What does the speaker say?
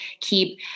keep